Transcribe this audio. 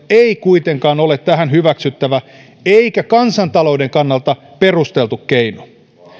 ei kuitenkaan ole tähän hyväksyttävä eikä kansantalouden kannalta perusteltu keino